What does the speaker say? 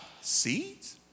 seeds